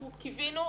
אנחנו קיווינו,